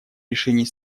решений